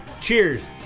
cheers